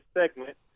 segment